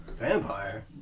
vampire